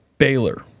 Baylor